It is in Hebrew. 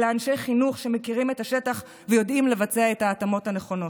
אלא אנשי חינוך שמכירים את השטח ויודעים לבצע את ההתאמות הנכונות.